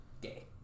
Gay